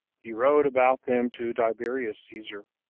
he wrote about them to tiberius caesar,